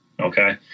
Okay